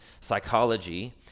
psychology